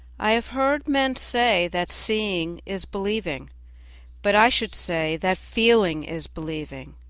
i have heard men say that seeing is believing but i should say that feeling is believing